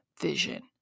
vision